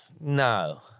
No